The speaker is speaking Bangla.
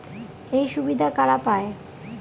এই সুবিধা কারা পায়?